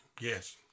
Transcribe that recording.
Yes